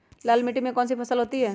लाल मिट्टी में कौन सी फसल होती हैं?